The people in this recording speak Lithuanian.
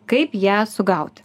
kaip ją sugauti